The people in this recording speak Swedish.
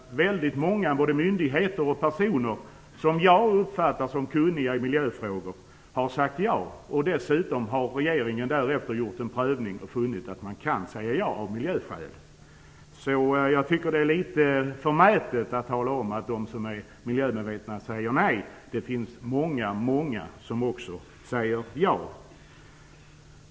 Väldigt många, både myndigheter och personer, som jag uppfattar som kunniga i miljöfrågor har trots allt sagt ja. Dessutom har regeringen därefter gjort en prövning och funnit att man kan säga ja av miljöskäl. Jag tycker att det är litet förmätet att tala om att de som är miljömedvetna säger nej. Det finns många, många som också säger ja.